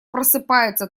просыпается